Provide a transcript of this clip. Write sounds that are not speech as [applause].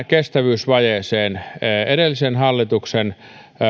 [unintelligible] kestävyysvajeeseen edellisen hallituksen